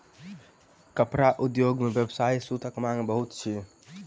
कपड़ा उद्योग मे व्यावसायिक सूतक मांग बहुत अछि